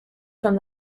from